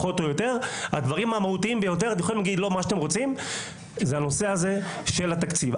הדברים המהותיים ביותר זה הנושא של התקציב.